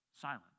silent